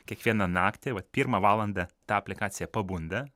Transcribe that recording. kiekvieną naktį vat pirmą valandą ta aplikacija pabunda